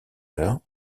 heures